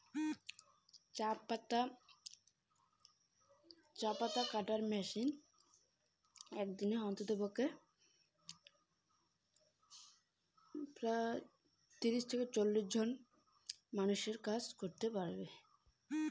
চা পাতা কাটার মেশিন এক দিনে কতজন এর কাজ করিবার পারে?